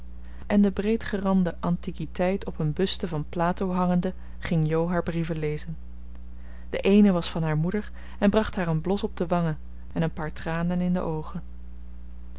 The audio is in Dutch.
en de breedgerande antiquiteit op een buste van plato hangende ging jo haar brieven lezen de eene was van haar moeder en bracht haar een blos op de wangen en een paar tranen in de oogen